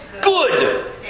good